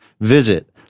Visit